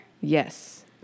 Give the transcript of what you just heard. Yes